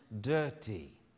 dirty